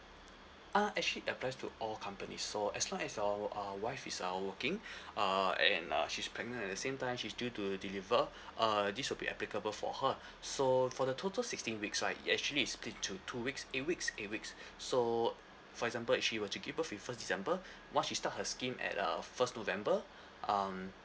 uh actually applies to all companies so as long as your uh wife is uh working uh and uh she's pregnant at the same time she's due to deliver uh this will be applicable for her so for the total sixteen weeks right it actually is split to two weeks eight weeks eight weeks so for example if she were to give birth with first december once she start her scheme at uh first november um